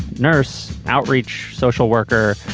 nurse outreach, social worker,